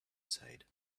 side